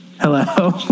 hello